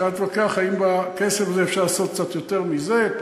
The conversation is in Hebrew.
אפשר להתווכח אם בכסף הזה אפשר לעשות קצת יותר מזה,